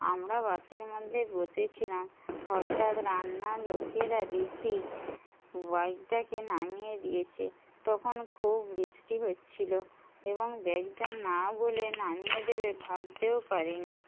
আমরা বাসের মধ্যেই বসে ছিলাম হঠাৎ রান্নার লোকেরা দেখি ব্যাগটাকে নামিয়ে দিয়েছে তখন খুব বৃষ্টি হচ্ছিলো এবং ব্যাগটা না বলে নামিয়ে দেবে ভাবতেও পারিনি